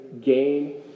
gain